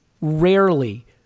rarely